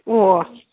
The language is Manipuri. ꯑꯣ ꯑꯣ